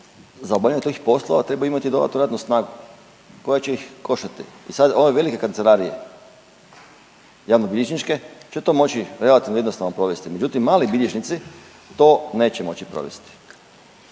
za obavljanje tih poslova treba imati dodatnu radnu snagu koja će ih koštati. I sad, ove velike kancelarije javnobilježničke će to moći relativno jednostavno provesti, međutim, mali bilježnici to neće moći provesti.